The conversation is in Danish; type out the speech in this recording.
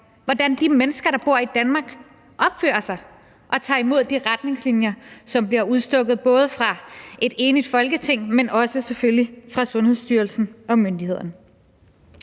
hvordan de mennesker, der bor i Danmark, opfører sig og tager imod de retningslinjer, som bliver udstukket, både af et enigt Folketing, men selvfølgelig også af Sundhedsstyrelsen og myndighederne.